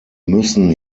müssen